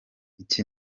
iki